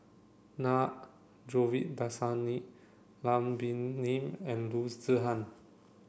Na Govindasamy Lam Pin Min and Loo Zihan